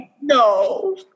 No